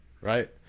right